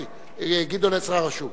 גדעון עזרא רשום.